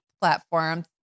platform